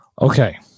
Okay